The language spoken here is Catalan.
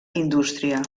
indústria